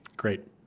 Great